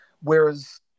Whereas